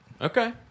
Okay